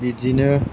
बिदिनो